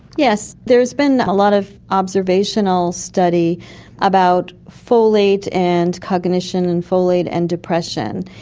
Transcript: yes, there has been ah lot of observational study about folate and cognition, and folate and depression.